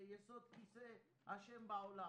יסוד כיסא השם בעולם.